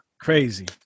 Crazy